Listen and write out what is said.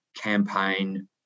campaign